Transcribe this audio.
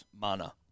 Mana